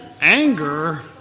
anger